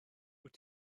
wyt